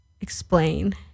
Explain